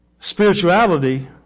spirituality